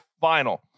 final